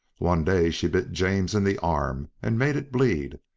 one day she bit james in the arm and made it bleed,